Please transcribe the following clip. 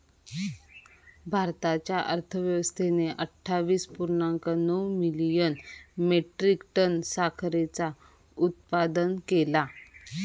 भारताच्या अर्थव्यवस्थेन अट्ठावीस पुर्णांक नऊ मिलियन मेट्रीक टन साखरेचा उत्पादन केला